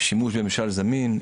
שימוש בממשל זמין,